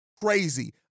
crazy